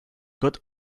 good